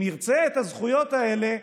אם ירצה את הזכויות האלה,